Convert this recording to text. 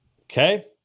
Okay